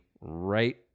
right